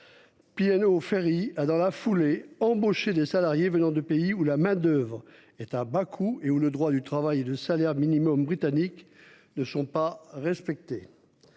cette compagnie a embauché des salariés venant de pays où la main-d'oeuvre est à bas coût et où le droit du travail et le salaire minimum britannique ne sont pas respectés.